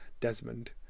Desmond